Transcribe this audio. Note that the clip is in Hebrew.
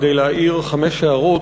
כדי להעיר חמש הערות,